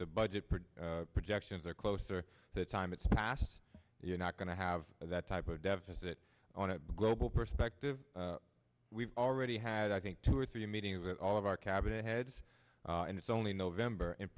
the budget projections are closer to the time it's passed you're not going to have that type of deficit on a global perspective we've already had i think two or three meetings that all of our cabinet heads and it's only november